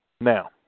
Now